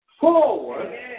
forward